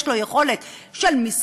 יש לו יכולת של מסחר,